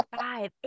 five